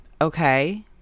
Okay